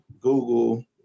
Google